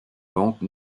banque